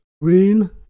Room